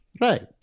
Right